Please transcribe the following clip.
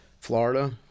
Florida